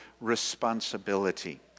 responsibility